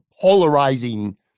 polarizing